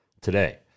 today